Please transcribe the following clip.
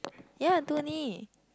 ya Tony